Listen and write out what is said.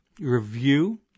review